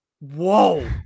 whoa